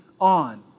on